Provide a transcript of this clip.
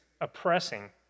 oppressing